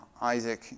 Isaac